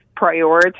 prioritize